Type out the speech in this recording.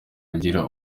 hagira